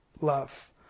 love